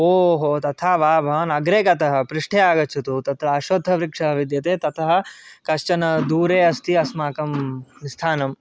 ओ हो तथा वा भवान् अग्रे गतः पृष्ठे आगच्छतु तत्र अश्वत्थवृक्षः विद्यते ततः कश्चन दूरे अस्ति अस्माकं स्थानं